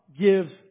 gives